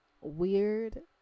weird